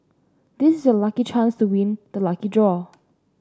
this is your lucky chance to win the lucky draw